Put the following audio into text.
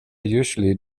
usually